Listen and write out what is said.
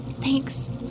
Thanks